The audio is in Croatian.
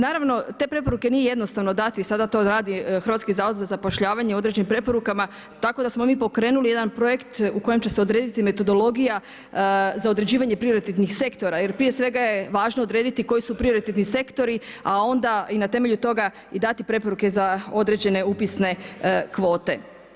Naravno, te preporuke nije jednostavno dati, sada to radi Hrvatski zavod za zapošljavanje određenim preporukama, tako da smo mi pokrenuli jedan projekt u kojem će se odrediti metodologija za određivanje prioritetnih sektora jer prije svega je važno odrediti koji su prioritetni sektori, a onda i na temelju toga i dati preporuke za određene upisne kvote.